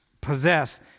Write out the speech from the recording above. possess